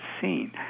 seen